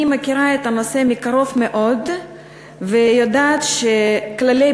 אני מכירה את הנושא מקרוב מאוד ויודעת שכללי